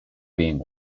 being